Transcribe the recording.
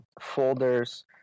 folders